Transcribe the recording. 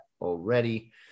already